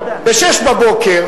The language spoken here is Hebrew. ב-06:00,